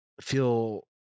feel